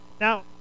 Now